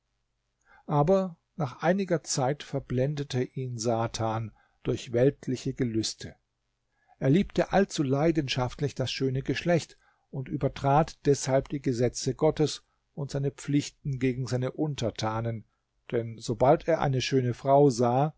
aber nach einiger zeit verblendete ihn satan durch weltliche gelüste er liebte allzu leidenschaftlich das schöne geschlecht und übertrat deshalb die gesetze gottes und seine pflichten gegen seine untertanen denn sobald er eine schöne frau sah